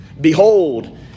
Behold